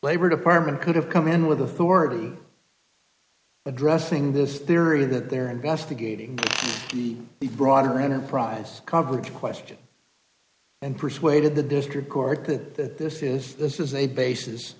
labor department could have come in with authority addressing this there or that they're investigating the broader enterprise cover question and persuaded the district court that this is this is a basis